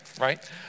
right